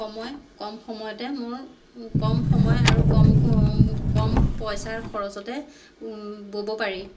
সময় কম সময়তে মোৰ কম সময় আৰু কম কম পইচাৰ খৰচতে ব'ব পাৰি